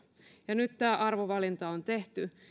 ja nyt tämä arvovalinta on tehty